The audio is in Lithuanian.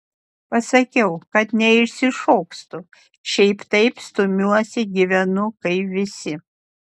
pasakiau kad neišsišokstu šiaip taip stumiuosi gyvenu kaip visi